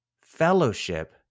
fellowship